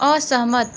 असहमत